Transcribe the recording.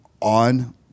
on